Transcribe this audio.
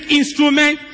instrument